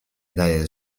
daje